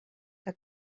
que